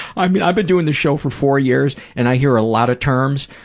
um yeah i've been doing this show for four years, and i hear a lot of terms.